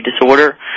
disorder